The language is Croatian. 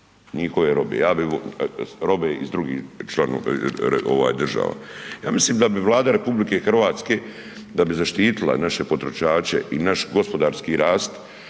robe, robe iz drugih članova, ovaj država. Ja mislim da bi Vlada RH da bi zaštitila naše potrošače i naš gospodarski rast